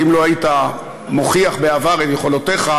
ואם לא היית מוכיח בעבר את יכולותיך,